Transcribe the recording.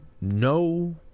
no